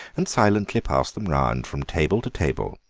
and silently pass them round from table to table,